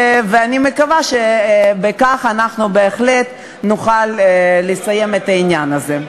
אני מקווה שכך אנחנו בהחלט נוכל לסיים את העניין הזה.